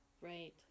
right